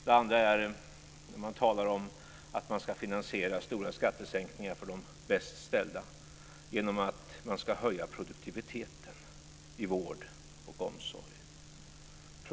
Det andra är att man talar om att man ska finansiera stora skattesänkningar för de bäst ställda genom att höja produktiviteten i vård och omsorg.